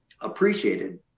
appreciated